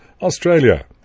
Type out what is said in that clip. Australia